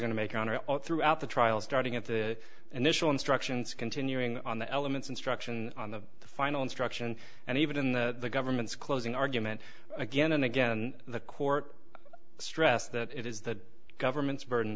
to make on her all throughout the trial starting at the initial instructions continuing on the elements instruction on the final instruction and even in the government's closing argument again and again the court stressed that it is the government's burden